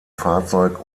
fahrzeug